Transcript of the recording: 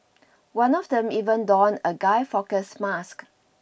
one of them even donned a Guy Fawkes mask